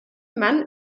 man